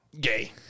Gay